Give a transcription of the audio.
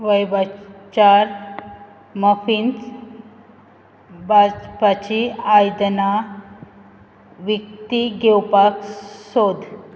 वैभिचार muffins भाजपाचीं आयदनां विकतीं घेवपाक सोद